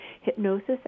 Hypnosis